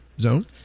zone